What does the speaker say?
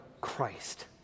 Christ